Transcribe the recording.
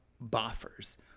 buffers